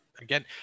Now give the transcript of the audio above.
Again